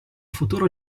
futuro